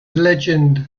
legend